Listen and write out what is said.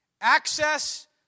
Access